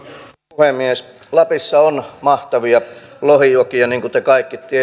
puhemies lapissa on mahtavia lohijokia niin kuin te kaikki